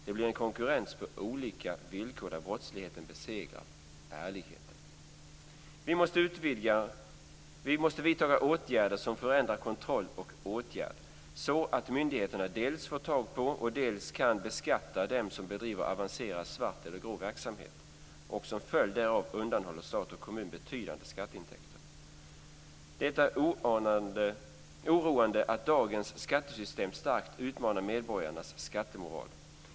Det blir en konkurrens på olika villkor där brottsligheten besegrar ärligheten. Vi måste vidta åtgärder som förändrar kontroll och åtgärd så att myndigheterna dels får tag på, dels kan beskatta dem som bedriver avancerad svart eller grå verksamhet och som i följd därav undanhåller stat och kommun betydande skatteintäkter. Det är oroande att dagens skattesystem starkt utmanar medborgarnas skattemoral.